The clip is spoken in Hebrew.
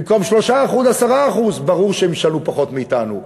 במקום 3%, 10%. ברור שהם ישלמו פחות מאתנו.